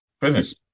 finish